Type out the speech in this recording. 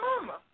mama